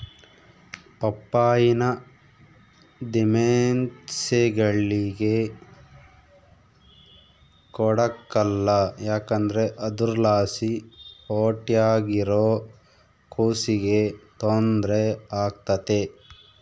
ಪಪ್ಪಾಯಿನ ದಿಮೆಂಸೇಳಿಗೆ ಕೊಡಕಲ್ಲ ಯಾಕಂದ್ರ ಅದುರ್ಲಾಸಿ ಹೊಟ್ಯಾಗಿರೋ ಕೂಸಿಗೆ ತೊಂದ್ರೆ ಆಗ್ತತೆ